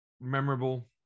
memorable